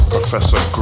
Professor